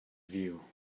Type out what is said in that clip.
view